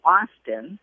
Austin